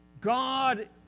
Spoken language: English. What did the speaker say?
God